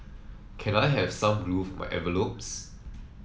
can I have some glue for my envelopes